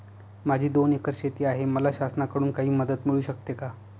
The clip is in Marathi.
माझी दोन एकर शेती आहे, मला शासनाकडून काही मदत मिळू शकते का?